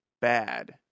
bad